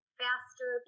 faster